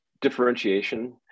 differentiation